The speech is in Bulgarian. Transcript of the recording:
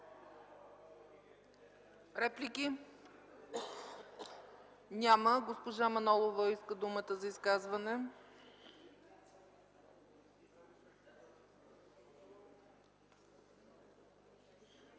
Реплики? Няма. Госпожа Манолова иска думата за изказване.